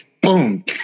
boom